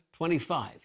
25